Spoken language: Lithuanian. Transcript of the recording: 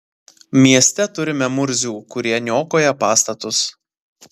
mieste turime murzių kurie niokoja pastatus